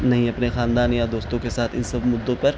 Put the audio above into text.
نہیں اپنے خاندان یا دوستوں کے ساتھ ان سب مدعوں پر